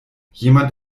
jemand